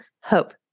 Hope